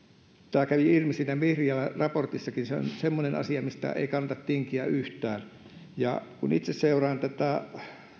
tämä kävi ilmi vihriälän raportissakin se on semmoinen asia mistä ei kannata tinkiä yhtään kun itse seuraan